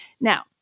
Now